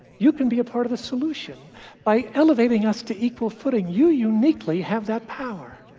you can be a part of the solution by elevating us to equal footing. you uniquely have that power.